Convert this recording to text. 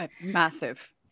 massive